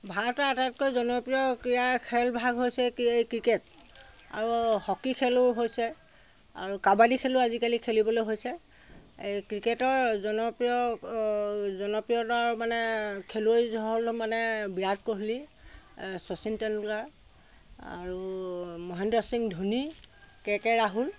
ভাৰতীয় আটাইতকৈ জনপ্ৰিয় ক্ৰীয়াৰ খেলভাগ হৈছে ক্ৰিকেট আৰু হকি খেলো হৈছে আৰু কাবাদি খেলো আজিকালি খেলিবলৈ হৈছে ক্ৰিকেটৰ জনপ্ৰিয় জনপ্ৰিয়তাৰ মানে খেলুৱৈ হ'ল মানে বিৰাট কহলি শচীন টেণ্ডোলকাৰ আৰু মহেন্দ্ৰ সিং ধোনী কে কে ৰাহুল